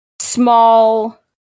small